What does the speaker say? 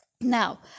Now